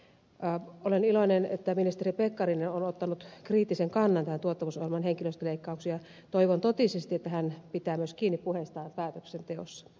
olen iloinen siitä että ministeri pekkarinen on ottanut kriittisen kannan tämän tuottavuusohjelman henkilöstöleikkauksiin ja toivon totisesti että hän pitää myös kiinni puheistaan päätöksenteossa